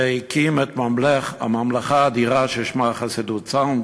והקים את הממלכה האדירה ששמה חסידות צאנז,